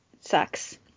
sucks